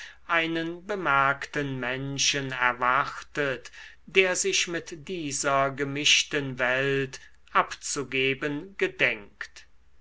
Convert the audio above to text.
einen bemerkten menschen erwartet der sich mit dieser gemischten welt abzugeben gedenkt